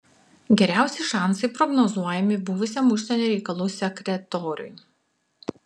geriausi šansai prognozuojami buvusiam užsienio reikalų sekretoriui